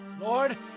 Lord